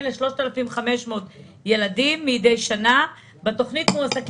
אבל היום אנחנו מדברים על 3,500 ילדים שכל אחד ואחד מהם הוא עולם